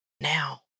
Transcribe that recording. now